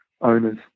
owners